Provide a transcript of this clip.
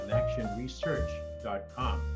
actionresearch.com